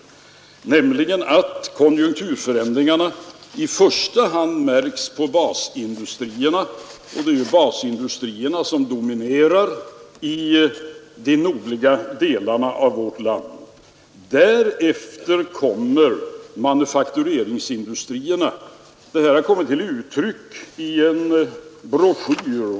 Dessa säger nämligen att konjunkturförändringarna i första hand ger utslag på basindustrierna — och det är ju basindustrierna som dominerar i de nordliga delarna av vårt land. Därefter kommer manufaktureringsindustrierna.